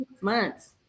Months